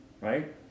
right